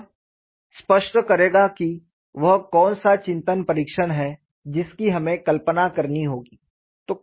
यह स्पष्ट करेगा कि वह कौन सा चिंतन परीक्षण है जिसकी हमें कल्पना करनी होगी